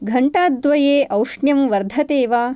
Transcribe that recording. घण्टाद्वये औष्ण्यं वर्धते वा